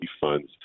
funds